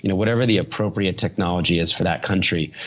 you know whatever the appropriate technology is for that country.